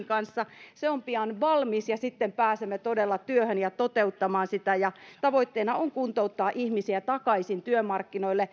kanssa se on pian valmis ja sitten pääsemme todella työhön ja toteuttamaan sitä ja tavoitteena on kuntouttaa ihmisiä takaisin työmarkkinoille